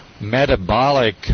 metabolic